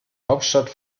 hauptstadt